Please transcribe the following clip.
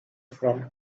from